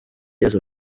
yesu